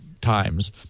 times